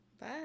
Bye